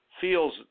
feels